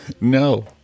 No